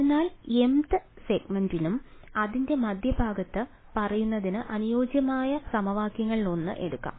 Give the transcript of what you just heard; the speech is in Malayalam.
അതിനാൽ mth സെഗ്മെന്റും അതിന്റെ മധ്യഭാഗവും ശരിയാണെന്ന് പറയുന്നതിന് അനുയോജ്യമായ സമവാക്യങ്ങളിലൊന്ന് എടുക്കാം